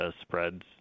spreads